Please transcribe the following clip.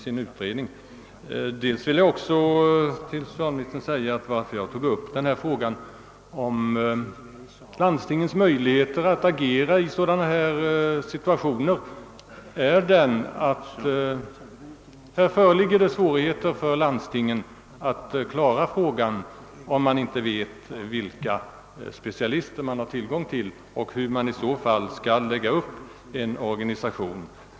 Anledningen till att jag tog upp frågan om landstingens möjligheter att agera i situationer som denna, herr socialminister, är den att de har svårt att klara uppgiften, om de inte vet, vilka specialister de har tillgång till, och därför inte heller vet, hur de skall lägga upp den nödvändiga organisationen.